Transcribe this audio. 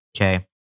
okay